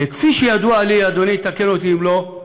כפי שידוע לי, אדוני יתקן אותי אם לא,